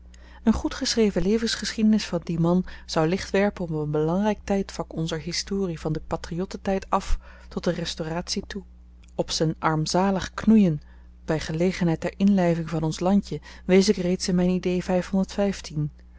een goedgeschreven levensgeschiedenis van dien man zou licht werpen op n belangryk tydvak onzer historie van den patriottentyd af tot de restauratie toe op z'n armzalig knoeien by gelegenheid der inlyving van ons landje wees ik reeds in m'n